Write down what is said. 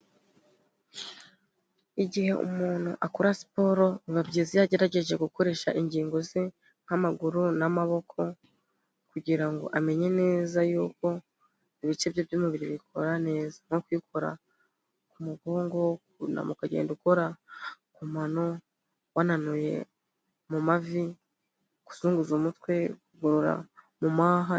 Igihe umuntu akora siporo, biba byiza iyobagerageje gukoresha ingingo ze nk'amaguru n'amaboko, kugira ngo amenye neza yuko ibice bye by'umubiri bikora neza. Nko kwikora ku mugongo, ukunama ukagenda ukora ku mano, wananuye mu mavi, kuzunguza umutwe.